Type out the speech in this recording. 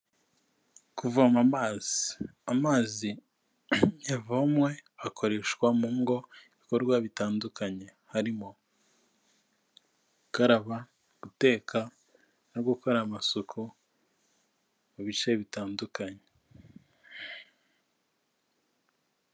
Kuvoma amazi, amazi yavomwe akoreshwa mu ngo ibikorwa bitandukanye harimo gukaraba, guteka no gukora amasuku mu bice bitandukanye.